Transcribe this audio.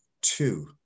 two